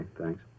thanks